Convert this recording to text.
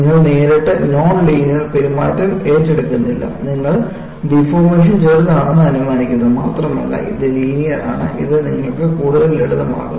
നിങ്ങൾ നേരിട്ട് non linear പെരുമാറ്റം ഏറ്റെടുക്കുന്നില്ല നിങ്ങൾ ഡിഫോർമേഷൻ ചെറുതാണെന്ന് അനുമാനിക്കുന്നു മാത്രമല്ല ഇത് ലീനിയർ ആണ് ഇത് നിങ്ങൾക്ക് കൂടുതൽ ലളിതമാക്കുന്നു